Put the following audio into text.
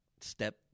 step